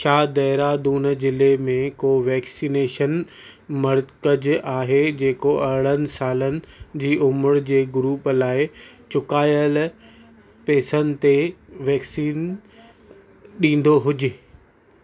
छा देहरादून ज़िलें में को वैक्सनेशन मर्कज़ आहे जेको अरिड़नि सालनि जी उमिरि जे ग्रूप लाइ चुकाइल पैसनि ते वैक्सीन ॾींदो हुजे